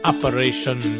Operation